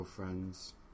Friends